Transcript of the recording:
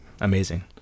amazing